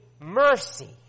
Mercy